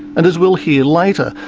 and as we'll hear later,